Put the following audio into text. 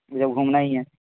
جب گھومنا ہی ہے